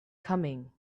coming